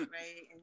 right